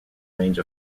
range